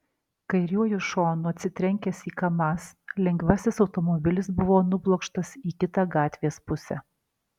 kairiuoju šonu atsitrenkęs į kamaz lengvasis automobilis buvo nublokštas į kitą gatvės pusę